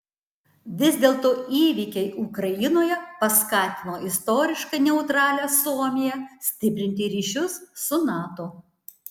vis dėlto įvykiai ukrainoje paskatino istoriškai neutralią suomiją stiprinti ryšius su nato